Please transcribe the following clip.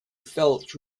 felt